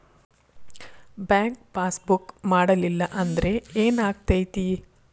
Bank passbook ಮಾಡಲಿಲ್ಲ ಅಂದ್ರೆ ಏನ್ ಆಗ್ತೈತಿ?